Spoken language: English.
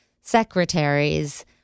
secretaries